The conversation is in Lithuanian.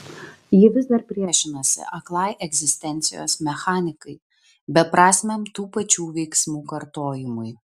ji vis dar priešinasi aklai egzistencijos mechanikai beprasmiam tų pačių veiksmų kartojimui